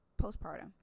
postpartum